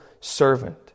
servant